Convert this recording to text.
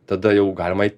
tada jau galima